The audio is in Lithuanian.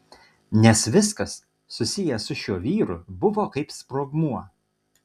nes viskas susiję su šiuo vyru buvo kaip sprogmuo